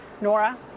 Nora